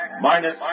minus